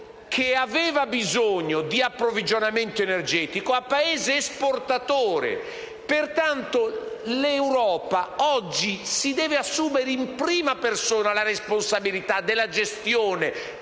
che aveva bisogno di approvvigionamento energetico in Paese esportatore. Pertanto l'Europa, oggi, deve assumere in prima persona la responsabilità della gestione